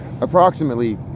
approximately